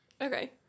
Okay